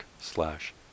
slash